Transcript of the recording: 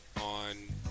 on